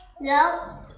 No